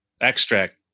Extract